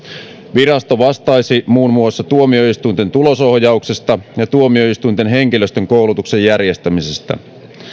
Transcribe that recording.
virasto vastaisi muun muassa tuomioistuinten tulosohjauksesta ja tuomioistuinten henkilöstön koulutuksen järjestämisestä